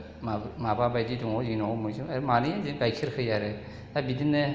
माबा माबाबायदि दङ जोंनाव मोसौ आरो मानै जे गाइखेर होयो आरो दा बिदिनो